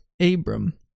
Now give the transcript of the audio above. Abram